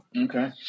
Okay